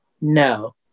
no